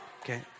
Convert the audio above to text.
okay